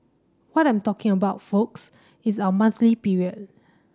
what I'm talking about folks is our monthly period